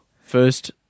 first